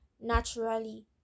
naturally